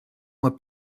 moi